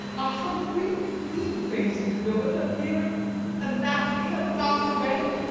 a hungry lean-fac'd villain, a mere anatomy, a mountebank,